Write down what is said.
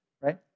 Right